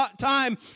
time